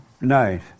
Nice